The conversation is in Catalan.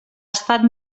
estat